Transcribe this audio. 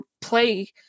play